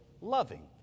loving